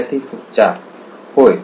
विद्यार्थी 4 होय